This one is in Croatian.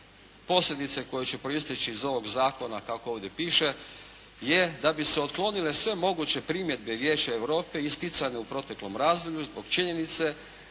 posljedice koje će proisteći iz ovog zakona kako ovdje piše je da bi se otklonile sve moguće primjedbe Vijeća Europe isticane u proteklom razdoblju zbog činjenice